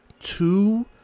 two